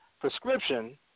prescription